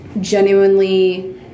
genuinely